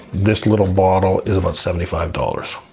this little bottle is about seventy five dollars.